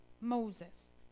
Moses